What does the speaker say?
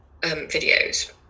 videos